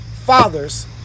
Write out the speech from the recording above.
fathers